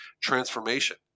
transformation